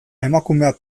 emakumeak